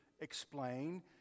explain